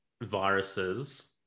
viruses